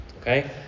okay